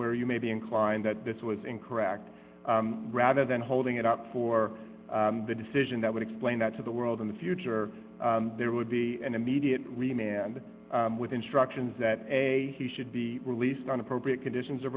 where you may be inclined that this was incorrect rather than holding it up for the decision that would explain that to the world in the future there would be an immediate with instructions that a he should be released on appropriate conditions